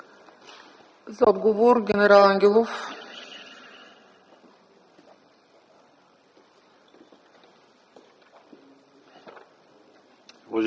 За отговор – генерал Ангелов.